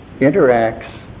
interacts